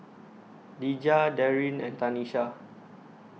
Dejah Darin and Tanesha